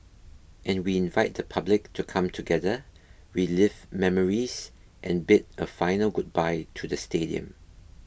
and we invite the public to come together relive memories and bid a final goodbye to the stadium